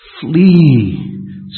Flee